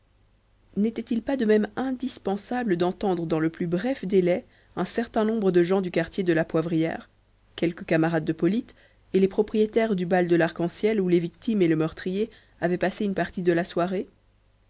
n'était-il pas de même indispensable d'entendre dans le plus bref délai un certain nombre de gens du quartier de la poivrière quelques camarades de polyte et les propriétaires du bal de l'arc-en-ciel où les victimes et le meurtrier avaient passé une partie de la soirée